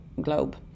globe